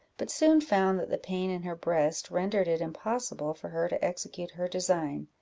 but soon found that the pain in her breast rendered it impossible for her to execute her design.